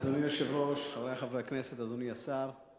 אדוני היושב-ראש, חברי חברי הכנסת, אדוני השר,